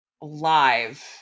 live